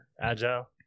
Agile